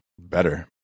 Better